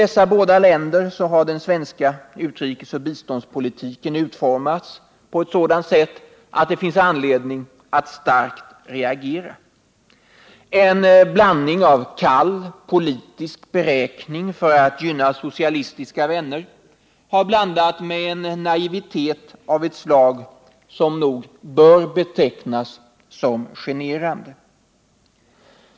Beträffande båda dessa länder har den svenska utrikesoch biståndspolitiken utformats på ett sådant sätt att det finns anledning att starkt reagera. Kall politisk beräkning för att gynna socialistiska vänner har blandats med naivitet av ett slag som nog bör betecknas såsom generande.